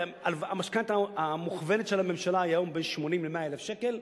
המשכנתה המוכוונת של הממשלה היום היא בין 80,000 ל-100,000 שקל,